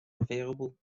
available